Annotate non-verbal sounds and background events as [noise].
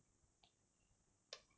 [noise]